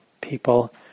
people